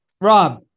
Rob